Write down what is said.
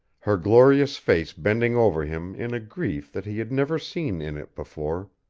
her glorious face bending over him in a grief that he had never seen in it before,